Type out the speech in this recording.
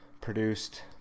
produced